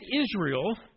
Israel